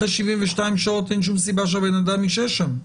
אחרי 72 שעות אין שום סיבה שהבן אדם ישהה שם.